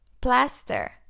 plaster